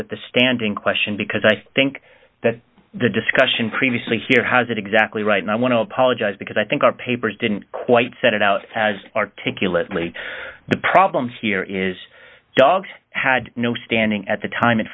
with the standing question because i think that the discussion previously here has it exactly right and i want to apologize because i think our papers didn't quite set it out as articulately the problem here is dog had no standing at the time and